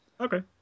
Okay